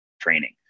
training